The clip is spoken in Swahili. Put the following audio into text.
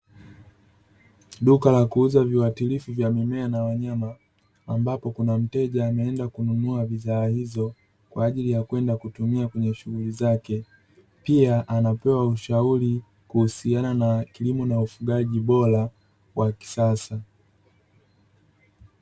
Duka la kuuza viuatilifu vya mimea na wanyama, ambapo kuna mteja ameenda kununua bidhaa hizo kwa ajili ya kwenda kutumia kwenye shughuli zake. Pia, anapewa ushauri kuhusiana na kilimo na ufugaji bora wa kisasa.